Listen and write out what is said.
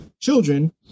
children